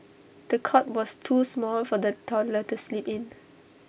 the cot was too small for the toddler to sleep in